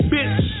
Bitch